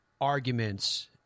arguments